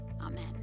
Amen